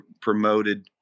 promoted